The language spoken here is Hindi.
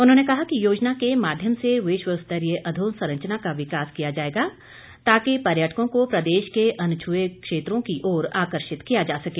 उन्होंने कहा कि योजना के माध्यम से विश्व स्तरीय अधोसंरचना का विकास किया जाएगा ताकि पर्यटकों को प्रदेश के अनछुए क्षेत्रों की ओर आकर्षित किया जा सके